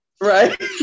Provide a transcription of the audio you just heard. Right